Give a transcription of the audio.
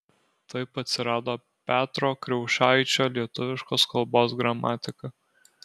taip atsirado petro kriaušaičio lietuviškos kalbos gramatika